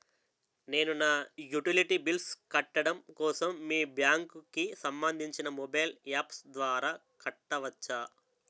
నేను నా utility bills కట్టడం కోసం మీ బ్యాంక్ కి సంబందించిన మొబైల్ అప్స్ ద్వారా కట్టవచ్చా?